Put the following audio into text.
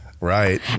Right